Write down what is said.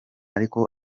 ariko